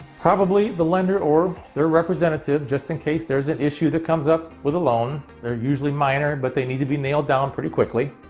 probably the lender or their representative. just in case there's an issue that comes up with a loan, they're usually minor, but they need to be nailed down pretty quickly.